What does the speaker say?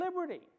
liberty